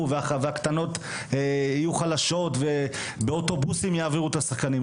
והקטנות יהיו חלשות ובאוטובוסים יעבירו את השחקנים.